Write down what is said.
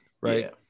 right